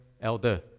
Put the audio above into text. elder